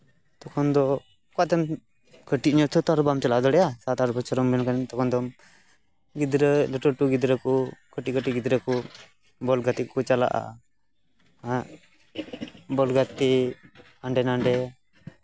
ᱛᱚᱠᱷᱚᱱ ᱫᱚ ᱚᱠᱟᱛᱮᱢ ᱠᱟᱹᱴᱤᱪ ᱧᱚᱜ ᱨᱮᱛᱚ ᱟᱨ ᱵᱟᱢ ᱪᱟᱞᱟᱣ ᱫᱟᱲᱮᱭᱟᱜᱼᱟ ᱥᱟᱛ ᱟᱴ ᱵᱚᱪᱷᱚᱨᱮᱢ ᱦᱩᱭ ᱞᱮᱱᱠᱷᱟᱱ ᱛᱚᱠᱷᱚᱱ ᱫᱚᱢ ᱜᱤᱫᱽᱨᱟᱹ ᱞᱟᱹᱴᱩ ᱞᱟᱹᱴᱩ ᱜᱤᱫᱽᱨᱟᱹ ᱠᱚ ᱠᱟᱹᱴᱤᱪ ᱠᱟᱹᱴᱤᱪ ᱜᱤᱫᱨᱟᱹ ᱠᱚ ᱵᱚᱞ ᱜᱟᱛᱮ ᱠᱚᱠᱚ ᱪᱟᱞᱟᱜᱼᱟ ᱦᱮᱸ ᱵᱚᱞ ᱜᱟᱛᱮᱜ ᱦᱟᱸᱰᱮ ᱱᱟᱰᱮ